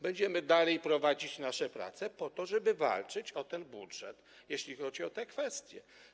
Będziemy dalej prowadzić nasze prace, po to, żeby walczyć o ten budżet, jeśli chodzi o te kwestie.